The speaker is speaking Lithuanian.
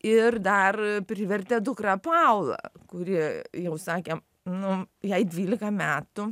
ir dar privertė dukrą paulą kuri jau sakė nu jai dvylika metų